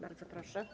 Bardzo proszę.